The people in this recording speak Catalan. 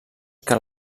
que